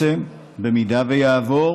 אם הוא יעבור